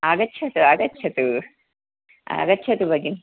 आगच्छतु आगच्छतु आगच्छतु भगिनि